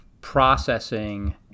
processing